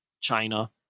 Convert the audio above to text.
China